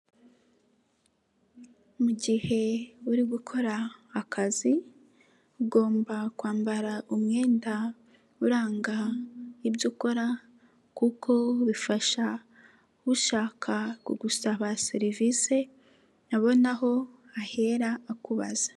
Mu gihe uri gukora akazi ugomba kwambara umwenda uranga ibyo ukora kuko bifasha ushaka kugusaba serivisi abona aho ahera akubaza.